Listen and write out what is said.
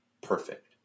perfect